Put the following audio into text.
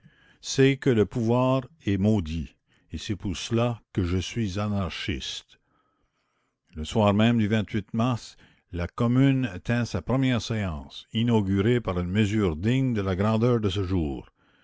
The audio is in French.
c'est que le pouvoir est maudit et c'est pour cela que je suis anarchiste le soir même du mars la commune tint sa première séance inaugurée par une mesure digne de la grandeur de ce jour